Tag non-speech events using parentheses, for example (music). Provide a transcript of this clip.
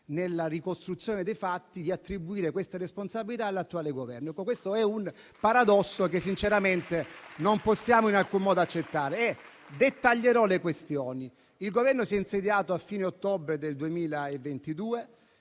nella ricostruzione dei fatti si tenti di attribuire queste responsabilità all'attuale Governo: è un paradosso che sinceramente non possiamo in alcun modo accettare. (applause) Dettaglierò le questioni. Il Governo si è insediato alla fine di ottobre 2022;